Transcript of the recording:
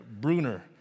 Bruner